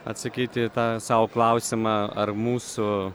atsakyti į tą sau klausimą ar mūsų